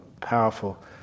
powerful